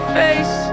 face